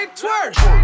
twerk